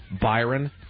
Byron